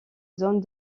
zone